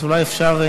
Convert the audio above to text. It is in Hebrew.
אז אולי אפשר,